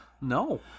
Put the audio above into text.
No